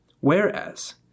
Whereas